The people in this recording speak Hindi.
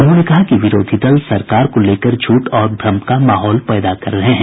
उन्होंने कहा कि विरोधी दल सरकार को लेकर झूठ और भ्रम का माहौल पैदा कर रहे हैं